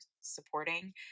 supporting